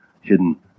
hidden